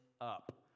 up